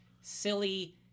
silly